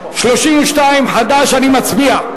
32, חד"ש, אני מצביע.